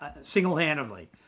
single-handedly